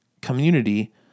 community